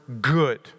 good